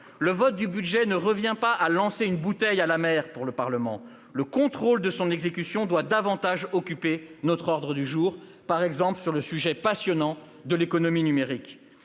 Le vote du budget ne revient pas à lancer une bouteille à la mer pour le Parlement ; le contrôle de son exécution doit davantage occuper notre ordre du jour, par exemple sur le sujet passionnant de l'économie numérique.